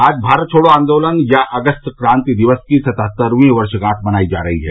आज भारत छोड़ो आन्दोलन या अगस्त क्रांति दिवस की सतहत्तरवीं वर्षगांठ मनाई जा रही है